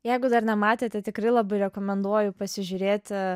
jeigu dar nematėte tikrai labai rekomenduoju pasižiūrėti